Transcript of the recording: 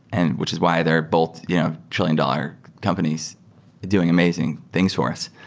and which is why they're both you know trillion dollar companies doing amazing things for us.